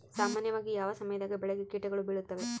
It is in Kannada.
ಸಾಮಾನ್ಯವಾಗಿ ಯಾವ ಸಮಯದಾಗ ಬೆಳೆಗೆ ಕೇಟಗಳು ಬೇಳುತ್ತವೆ?